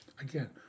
Again